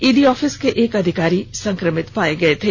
ED office के एक अधिकारी संक्रमित मिले थे